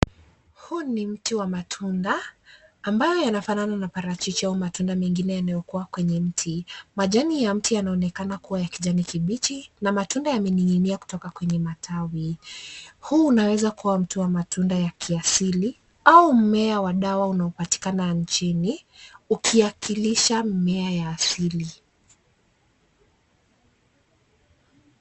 Huu ni mti wa matunda ambayo yanafanana na parachichi au matunda mengine yanayokuwa kwenye mti. Majani ya mti yanaonekana kuwa ya kijani kibichi na matunda yamening'inia kutoka kwenye matawi. Huu unaweza kuwa mti wa matunda ya kiasili au mmea wa dawa unayopatikana nchini ukiyaakilisha mimea ya asili.